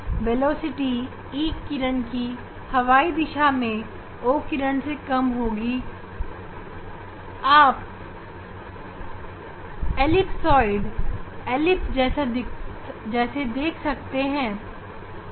E किरण की velocity xy दिशा में O किरण से कम होगी इसलिए आप एलिपसॉयड दीर्घवृत्त देखेंगे